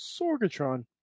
Sorgatron